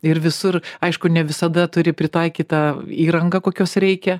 ir visur aišku ne visada turi pritaikytą įranga kokios reikia